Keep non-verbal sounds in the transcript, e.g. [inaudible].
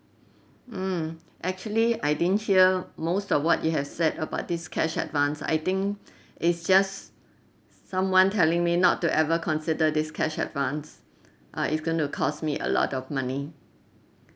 mm actually I didn't hear most of what you have said about this cash advance I think [breath] it's just someone telling me not to ever consider this cash advance uh it's gonna cost me a lot of money